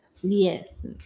Yes